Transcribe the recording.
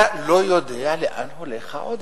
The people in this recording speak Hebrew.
אתה לא יודע לאן הולך העודף.